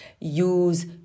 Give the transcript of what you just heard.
use